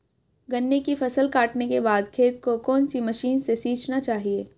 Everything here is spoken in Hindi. गन्ने की फसल काटने के बाद खेत को कौन सी मशीन से सींचना चाहिये?